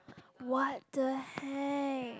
what the heck